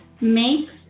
makes